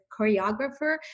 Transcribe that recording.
choreographer